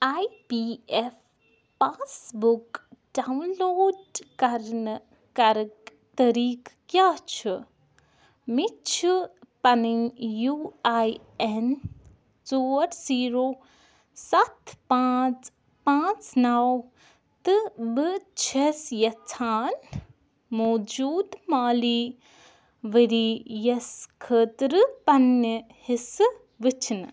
I P F pass book download کرنہٕ کرٕک طٔریٖقہٕ کیٛاہ چھُ مےٚ چھُ پنٕنۍ یوٗ آی اٮ۪ن ژور زیٖرو سَتھ پانٛژھ پانٛژھ نَو تہٕ بہٕ چھَس یَژھان موجوٗد مالی ؤرۍ یَس خٲطرٕ پنٛنہِ حِصہٕ وٕچھنہٕ